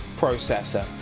processor